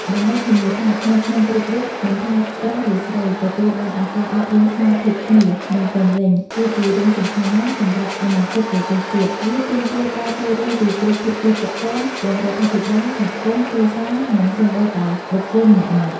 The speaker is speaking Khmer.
ដើម្បីធានាថាក្មេងៗគ្រប់រូប មិនថាប្រុសឬស្រី ទទួលបានឱកាសអប់រំស្មើភាពគ្នា និងពេញលេញ គឺជារឿងសំខាន់ណាស់សម្រាប់អនាគតប្រទេសជាតិ វាទាមទារការចូលរួមពីគ្រប់ភាគីពាក់ព័ន្ធ ទាំងរដ្ឋាភិបាល សហគមន៍ គ្រួសារ និងសូម្បីតែបុគ្គលម្នាក់ៗ។។